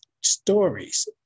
stories